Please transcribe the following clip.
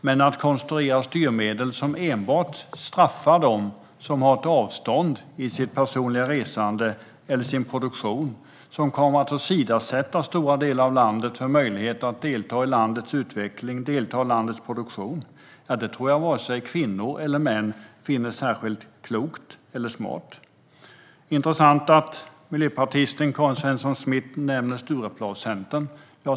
Men att konstruera styrmedel som enbart straffar dem som har ett avstånd i sitt personliga resande eller sin produktion, vilket åsidosätter stora delar av landets möjligheter att delta i landets utveckling och landets produktion, tror jag att varken kvinnor eller män finner särskilt klokt eller smart. Det är intressant att miljöpartisten Karin Svensson Smith nämner Stureplanscentern.